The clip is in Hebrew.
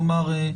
נאמר,